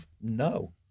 No